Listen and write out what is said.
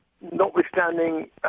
notwithstanding